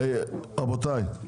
רבותיי,